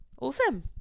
awesome